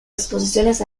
exposiciones